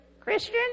christian